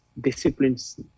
disciplines